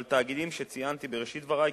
על התאגידים שציינתי בראשית דברי,